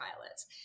pilots